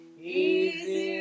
easy